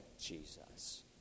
Jesus